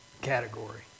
category